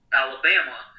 Alabama